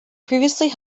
previously